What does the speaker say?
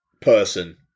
person